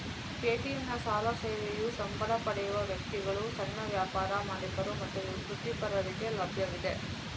ಪೇಟಿಎಂನ ಸಾಲ ಸೇವೆಯು ಸಂಬಳ ಪಡೆಯುವ ವ್ಯಕ್ತಿಗಳು, ಸಣ್ಣ ವ್ಯಾಪಾರ ಮಾಲೀಕರು ಮತ್ತು ವೃತ್ತಿಪರರಿಗೆ ಲಭ್ಯವಿದೆ